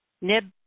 nib